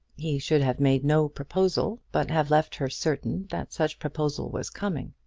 he should have made no proposal, but have left her certain that such proposal was coming.